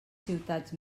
ciutats